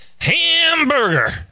hamburger